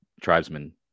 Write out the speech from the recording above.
tribesmen